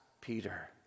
Peter